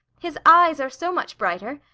his eyes are so much brighter!